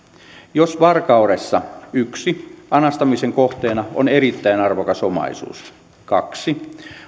jos varkaudessa yksi anastamisen kohteena on erittäin arvokas omaisuus kaksi